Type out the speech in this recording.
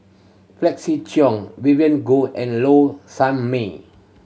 Felix Cheong Vivien Goh and Low Sanmay